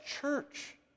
church